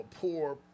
poor